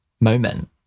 moment